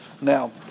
Now